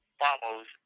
follows